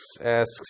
asks